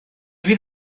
fydd